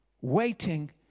Waiting